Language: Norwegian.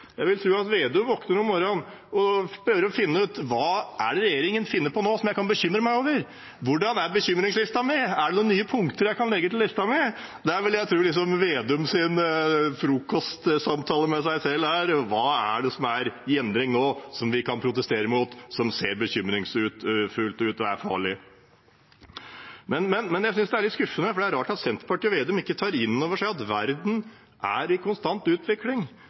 Jeg vil tro at Slagsvold Vedum våkner «om morran» og prøver å finne ut hva det er regjeringen finner på nå, som han kan bekymre seg over: Hvordan er bekymringslista mi? Er det noen punkter jeg kan legge til på lista mi? Der vil jeg tro at Slagsvold Vedums frokostsamtale med seg selv er: Hva er det som er i endring nå, som vi kan protestere mot, som ser bekymringsfullt ut og er farlig? Men jeg synes det er litt skuffende, for det er rart at Senterpartiet og Slagsvold Vedum ikke tar inn over seg at verden er i konstant utvikling,